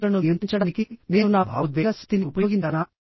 నా స్నేహితులను నియంత్రించడానికి నేను నా భావోద్వేగ శక్తిని ఉపయోగించానా